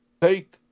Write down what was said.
take